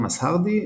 תומאס הארדי,